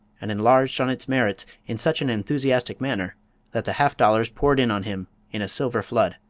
and enlarged on its merits in such an enthusiastic manner that the half-dollars poured in on him in a silver flood.